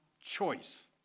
choice